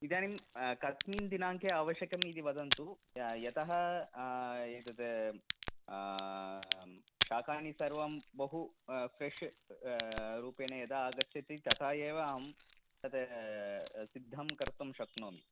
इदानिं कस्मिन् दिनाङ्के आवश्यकम् इति वदन्तु यतः एतत् शाकानि सर्वं बहु फ़्रेश् रूपेण यदा आगच्छति तथा एव अहं तत् सिद्धं कर्तुं शक्नोमि